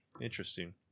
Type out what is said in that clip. Interesting